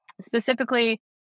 specifically